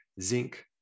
zinc